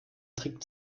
trick